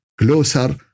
closer